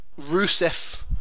Rusev